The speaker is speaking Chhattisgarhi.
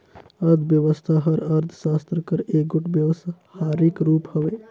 अर्थबेवस्था हर अर्थसास्त्र कर एगोट बेवहारिक रूप हवे